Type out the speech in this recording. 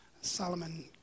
Solomon